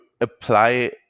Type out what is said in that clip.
apply